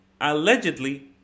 allegedly